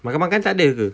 makan-makan takde ke